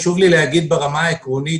חשוב לי להגיד ברמה העקרונית